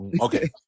Okay